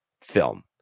film